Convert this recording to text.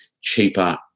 cheaper